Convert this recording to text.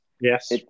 Yes